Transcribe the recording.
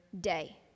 day